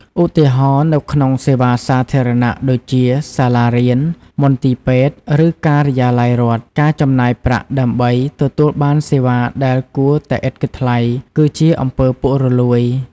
ឧទាហរណ៍ នៅក្នុងសេវាសាធារណៈដូចជា សាលារៀន មន្ទីរពេទ្យ ឬការិយាល័យរដ្ឋ ការចំណាយប្រាក់ដើម្បីទទួលបានសេវាដែលគួរតែឥតគិតថ្លៃ គឺជាអំពើពុករលួយ។